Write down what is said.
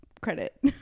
credit